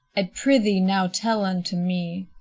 i prithee now tell unto me.